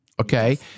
Okay